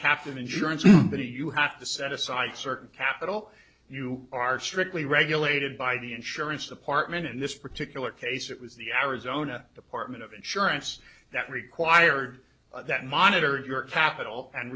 captive insurance company you have to set aside certain capital you are strictly regulated by the insurance department in this particular case it was the arizona department of insurance that required that monitor your capital and